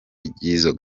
ry’izo